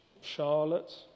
Charlotte